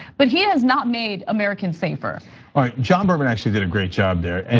but he has not made american safer all right, john berman actually did a great job there. and